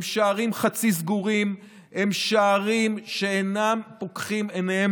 הם שערים חצי סגורים והם שערים שאינם פוקחים עיניהם